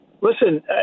Listen